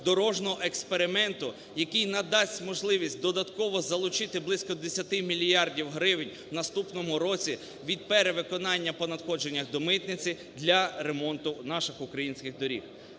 дорожнього експерименту, який надасть можливість додатково залучити близько 10 мільярдів гривень у наступному році від перевиконання по надходженнях до митниці для ремонту наших українських доріг.